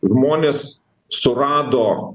žmonės surado